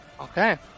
Okay